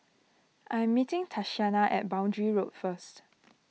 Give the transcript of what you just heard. I am meeting Tatiana at Boundary Road first